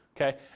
Okay